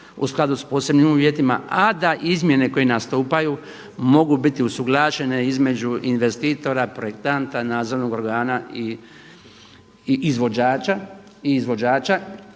u skladu sa posebnim uvjetima a da izmjene koje nastupaju mogu biti usuglašene između investitora, projektanta, nadzornog organa i izvođača.